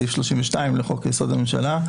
סעיף 32 לחוק יסוד: הממשלה,